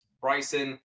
Bryson